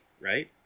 right